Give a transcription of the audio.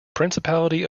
principality